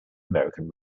american